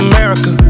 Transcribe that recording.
America